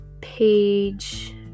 page